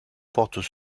portent